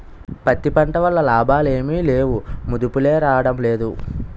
పత్తి పంట వల్ల లాభాలేమి లేవుమదుపులే రాడంలేదు